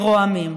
רועמים.